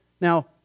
now